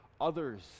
others